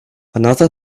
another